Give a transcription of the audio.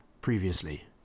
previously